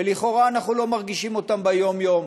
ולכאורה אנחנו לא מרגישים אותם ביום-יום.